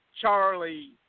Charlie